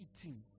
eating